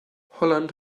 holland